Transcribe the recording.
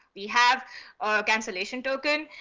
we have cancellation token,